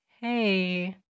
hey